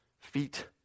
feet